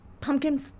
Pumpkin